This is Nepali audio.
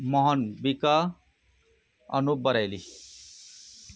महन बि क अनुप बराइली